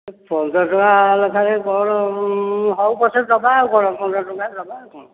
ଚଉଦ ଟଙ୍କା ଲେଖାଏଁ କ'ଣ ହଉ ପଛେ ଦେବା ଆଉ କ'ଣ ପନ୍ଦର ଟଙ୍କାରେ ବା ଆଉ କ'ଣ